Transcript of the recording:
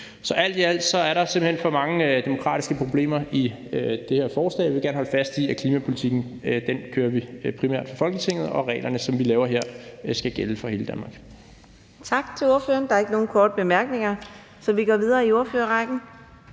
Så alt i alt er der simpelt hen for mange demokratiske problemer i det her forslag. Vi vil gerne holde fast i, at vi primært kører klimapolitikken fra Folketinget, og at reglerne, som vi laver her, skal gælde for hele Danmark.